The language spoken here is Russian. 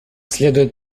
следует